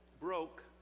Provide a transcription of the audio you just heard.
broke